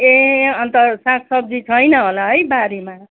ए अन्त सागसब्जी छैन होला है बारीमा